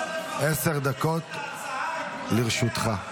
עשר דקות לרשותך.